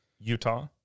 Utah